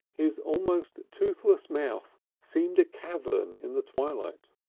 his almost toothless mouth seemed a cavern in the twilight.